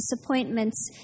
disappointments